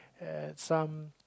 at some